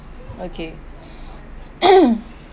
okay